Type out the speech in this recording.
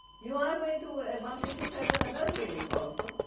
you are going to ah bump into several other whales also,